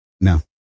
No